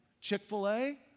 Chick-fil-A